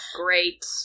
great